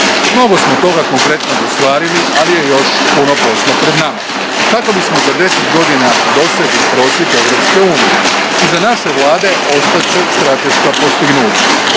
mnogo smo toga konkretnog ostvarili, ali je još posla pred nama, kako bismo za deset godina dosegli prosjek Europske unije. Iza naše Vlade ostat će strateška postignuća.